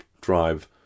drive